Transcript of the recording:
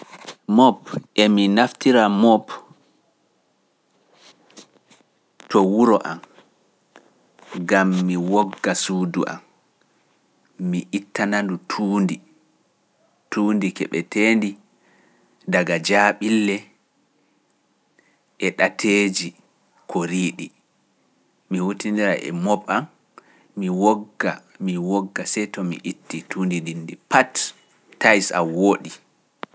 Mop e mi naftira mop to wuro am, gam mi wogga suudu am, mi ittana ndu tuundi, tuundi keɓeteendi daga jaaɓille e ɗateeji ko riiɗi, mi wuttindira e moɓa an, mi wogga, mi wogga see to mi itti tuundi ɗi ndi, pat, taisa wooɗi.